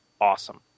Awesome